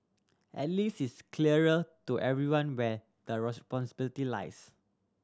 at least it's clearer to everyone where the responsibility lies